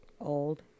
Old